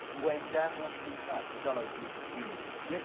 when dan lost his sight gallows humour humour peter.